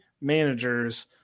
managers